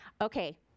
Okay